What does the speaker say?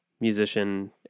musician